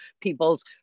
people's